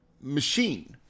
machine